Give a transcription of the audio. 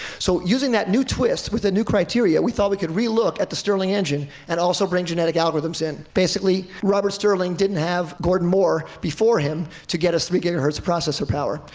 so using that new twist, with the new criteria, we thought we could relook at the stirling engine, and also bring genetic algorithms in. basically, robert stirling didn't have gordon moore before him to get us three gigahertz of processor power.